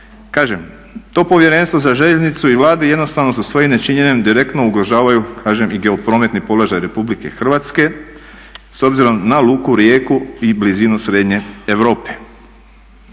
Kažem, to Povjerenstvo za željeznicu i Vlada jednostavno svojim nečinjenjem direktno ugrožavaju kažem i geoprometni položaj RH s obzirom na Luku Rijeku i blizinu srednje Europe.